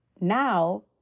now